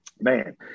man